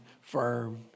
firm